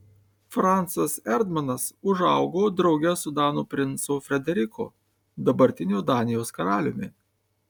francas erdmanas užaugo drauge su danų princu frederiku dabartiniu danijos karaliumi